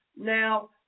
now